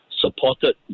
supported